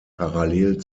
parallel